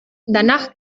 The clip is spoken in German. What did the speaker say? danach